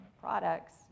products